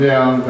Down